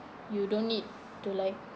you don't need to like